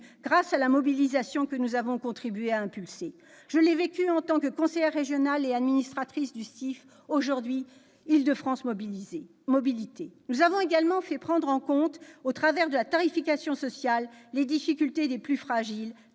grâce à la mobilisation que nous avons contribué à impulser. Je l'ai vécue en tant que conseillère régionale et administratrice du STIF, aujourd'hui Île-de-France Mobilités. Nous avons également contribué à la prise en compte, au travers de la tarification sociale, des difficultés des plus fragiles